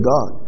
God